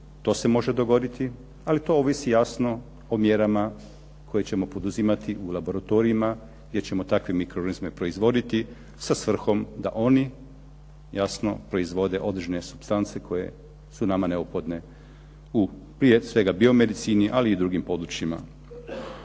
to se može dogoditi, ali to ovisi jano o mjerama koje ćemo poduzimati u laboratorijima gdje ćemo takve mikroorganizme proizvoditi sa svrhom da oni jasno proizvode određene supstance koje su nama neophodne prije svega u biomedicini ali i drugim područjima.